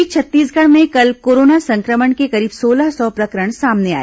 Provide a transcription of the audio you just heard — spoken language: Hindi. इस बीच छत्तीसगढ़ में कल कोरोना संक्रमण के करीब सोलह सौ प्रकरण सामने आए